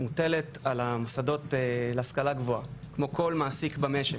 מוטלת על המוסדות להשכלה גבוהה כמו על כל מעסיק במשק.